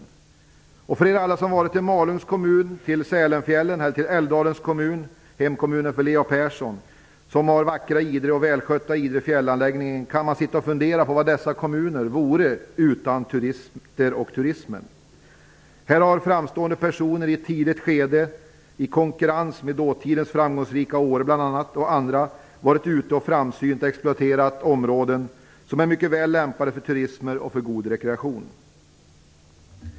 Alla som har varit i Malungs kommun, till Sälenfjällen, eller i Leo Perssons hemkommun Älvdalen, med det vackra Idre och den välskötta fjällanläggningen där - kan ni tänka er vad dessa kommuner vore utan turister och turismen? Här har framstående personer i ett tidigt skede och i konkurrens bl.a. med dåtidens framgångsrika Åre, varit ute och framsynt exploaterat områden som är mycket väl lämpade för turister och för god rekreation.